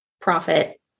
profit